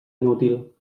inútil